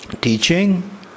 teaching